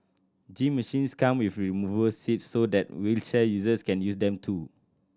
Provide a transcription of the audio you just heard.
gym machines come with removable seats so that wheelchair users can use them too